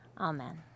amen